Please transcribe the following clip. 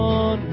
on